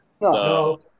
No